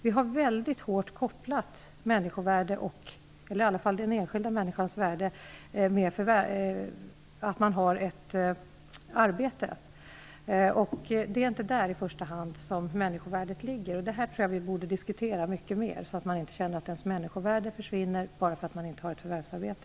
Vi har väldigt hårt kopplat den enskilda människans värde till att man har ett arbete, men det är inte i första hand där som människovärdet ligger. Jag tror att vi borde diskutera den här frågan mycket mer, så att människor inte behöver känna att deras människovärde försvinner bara därför att de inte har ett förvärvsarbete.